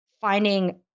finding